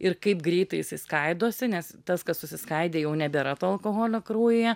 ir kaip greitai jisai skaidosi nes tas kas susiskaidė jau nebėra to alkoholio kraujyje